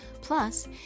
Plus